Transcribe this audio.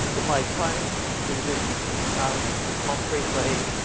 if i try and do this um concretely,